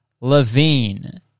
Levine